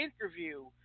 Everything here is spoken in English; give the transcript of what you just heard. interview